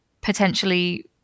potentially